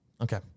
Okay